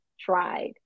tried